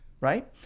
right